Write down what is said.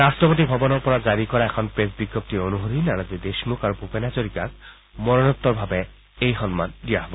ৰাট্টপতি ভৱনৰ পৰা জাৰি কৰা এখন প্ৰেছ বিজ্ঞপ্তি অনুসৰি নানাজী দেশমুখ আৰু ভূপেন হাজৰিকাক মৰণোত্তৰভাৱে এই সন্মান দিয়া হ'ব